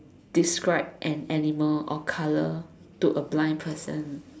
describe an animal or colour to a blind person